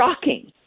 shocking